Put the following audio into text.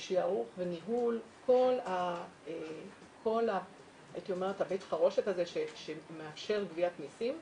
שיערוך וניהול כל ה'בית חרושת' הזה שמאפשר גביית מסים,